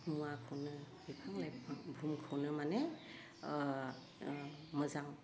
मुवाखौनो बिफां लाइफां बुहुमखौनो माने ओह ओह मोजां